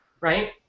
right